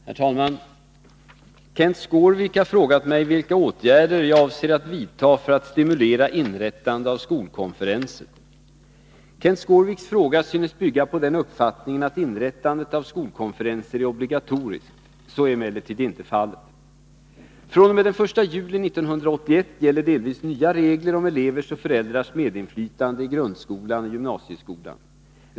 Herr talman! Kenth Skårvik har frågat mig vilka åtgärder jag avser vidta för att stimulera inrättande av skolkonferenser. Kenth Skårviks fråga synes bygga på den uppfattningen att inrättandet av skolkonferenser är obligatoriskt. Så är emellertid inte fallet. fr.o.m. den 1 juli 1981 gäller delvis nya regler om elevers och föräldrars medinflytande i grundskolan och gymnasieskolan.